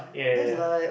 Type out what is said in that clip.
ya ya ya